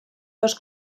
dos